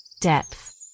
depth